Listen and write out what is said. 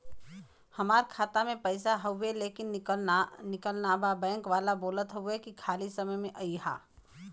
हमार खाता में पैसा हवुवे लेकिन निकलत ना बा बैंक वाला बोलत हऊवे की खाली समय में अईहा